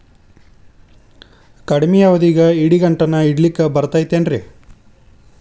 ಕಡಮಿ ಅವಧಿಗೆ ಇಡಿಗಂಟನ್ನು ಇಡಲಿಕ್ಕೆ ಬರತೈತೇನ್ರೇ?